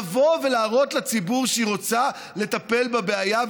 לבוא ולהראות לציבור שהיא רוצה לטפל בבעיה,